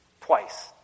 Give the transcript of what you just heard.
twice